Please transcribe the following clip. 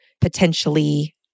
potentially